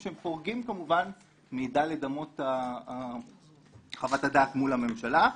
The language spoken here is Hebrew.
שהם חורגים כמובן מד' אמות חוות הדעת מול הממשלה.